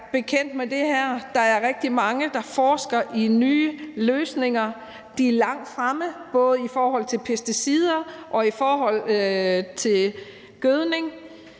rigtig mange, der forsker i nye løsninger. De er langt fremme, både i forhold til pesticider og i forhold til gødning.